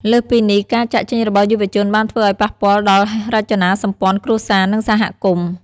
លើសពីនេះ ការចាកចេញរបស់យុវជនបានធ្វើឲ្យប៉ះពាល់ដល់រចនាសម្ព័ន្ធគ្រួសារ និងសហគមន៍។